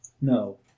No